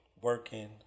working